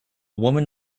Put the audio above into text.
woman